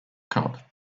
cup